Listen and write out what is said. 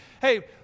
Hey